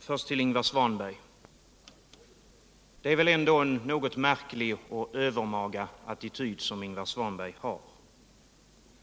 Herr talman! Det är en något märklig och övermaga attityd som Ingvar Svanberg intar.